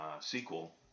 sequel